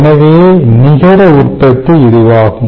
எனவே நிகர உற்பத்தி இதுவாகும்